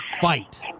fight